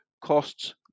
costs